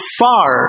far